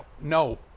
no